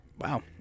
Wow